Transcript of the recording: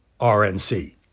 RNC